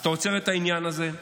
אתה עוצר את העניין הזה.